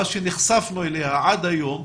מאז שנחשפנו אליה עד היום,